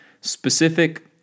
specific